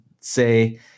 say